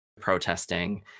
protesting